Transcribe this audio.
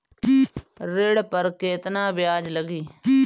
ऋण पर केतना ब्याज लगी?